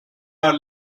are